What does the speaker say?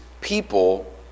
people